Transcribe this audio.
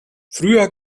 früher